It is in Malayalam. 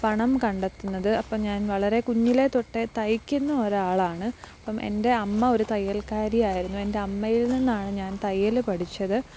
പണം കണ്ടെത്തുന്നത് അപ്പം ഞാന് വളരെ കുഞ്ഞിലേ തൊട്ടേ തയ്ക്കുന്ന ഒരാളാണ് അപ്പം എന്റെ അമ്മ ഒരു തയ്യൽക്കാരി ആയിരുന്നു എന്റെ അമ്മയിൽ നിന്നാണ് ഞാൻ തയ്യൽ പഠിച്ചത്